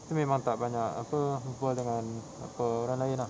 kita memang tak banyak apa berbual dengan apa orang lain lah